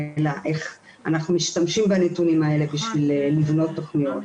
אלא איך אנחנו משתמשים בנתונים האלה בשביל לבנות תוכניות.